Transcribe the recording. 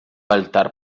altar